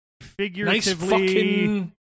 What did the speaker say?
figuratively